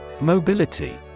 Mobility